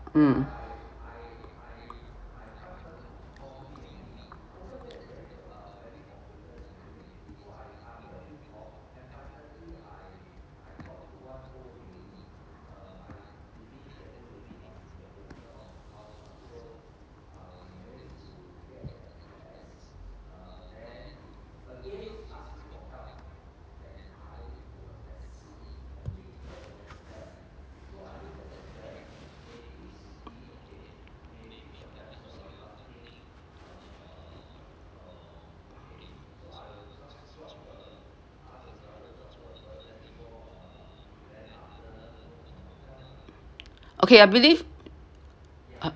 um okay I believe